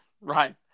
right